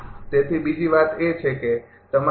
તેથી બીજી વાત એ છે કે તમારો